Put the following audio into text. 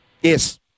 Yes